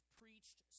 preached